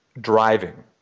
driving